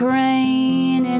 rain